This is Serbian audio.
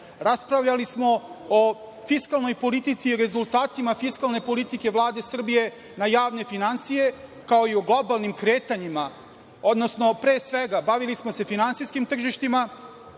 Raspravljali smo o fiskalnoj politici i rezultatima fiskalne politike Vlade Srbije na javne finansije, kao i o globalnim kretanjima, odnosno, pre svega, bavili smo se finansijskim tržištima,